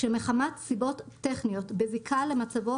שמחמת סיבות טכניות בזיקה למצבו